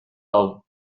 hau